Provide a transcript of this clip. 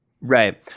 Right